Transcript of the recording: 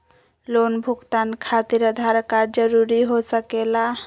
Loan भुगतान खातिर Aadhaar card जरूरी हो सके ला?